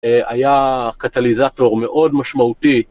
היה קטליזטור מאוד משמעותי.